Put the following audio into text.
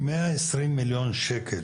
מאה עשרים מיליון שקל